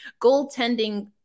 goaltending